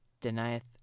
denieth